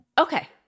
Okay